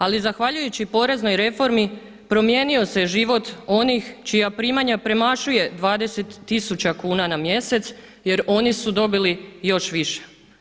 Ali zahvaljujući poreznoj reformi promijenio se život onih čija primanja premašuje 20 tisuća kuna na mjesec jer oni su dobili još više.